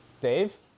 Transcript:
Dave